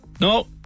no